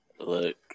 Look